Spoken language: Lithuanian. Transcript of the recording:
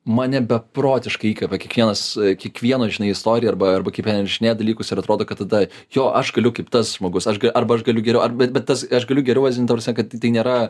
mane beprotiškai įkvepia kiekvienas kiekvieno žinai istoriją arba arba kaip pen rašinėja dalykus ir atrodo kad tada jo aš galiu kaip tas žmogus aš g arba aš galiu geriau ar bet bet tas aš galiu geriau vazint ta prasme kad tai nėra